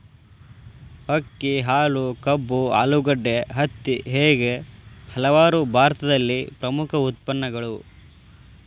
ಅಕ್ಕಿ, ಹಾಲು, ಕಬ್ಬು, ಆಲೂಗಡ್ಡೆ, ಹತ್ತಿ ಹೇಗೆ ಹಲವಾರು ಭಾರತದಲ್ಲಿ ಪ್ರಮುಖ ಉತ್ಪನ್ನಗಳು